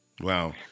Wow